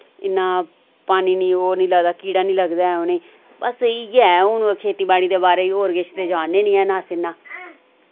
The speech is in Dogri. इन्ना पानी निं ओह् नि लगदा कीड़ा निं लगदा ऐ उनें'ई बस इ'यै हुन खेती बाड़ी दे बारै और किश ते जानने नेईं हैन अस इन्ना